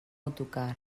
autocar